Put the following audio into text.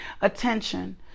attention